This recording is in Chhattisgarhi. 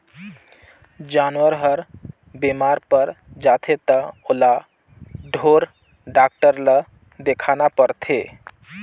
जानवर हर बेमार पर जाथे त ओला ढोर डॉक्टर ल देखाना परथे